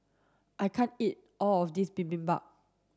I can't eat all of this Bibimbap